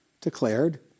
declared